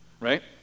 Right